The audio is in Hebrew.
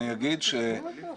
אני אגיד שלצערי,